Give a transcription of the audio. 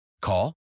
Call